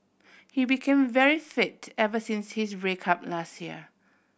he became very fit ever since his break up last year